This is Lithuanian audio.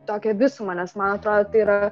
tokią visumą nes man atrodo tai yra